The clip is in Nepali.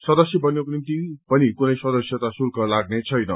सदस्य बन्नको निम्ति पनि कुनै सदस्यता शुल्क लाग्नेछैन